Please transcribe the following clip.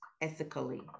ethically